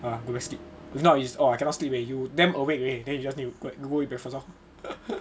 !wah! go back sleep if not is oh I cannot sleep already you damn awake already then you just need to go eat breakfast lor